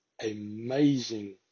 amazing